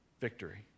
victory